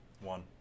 One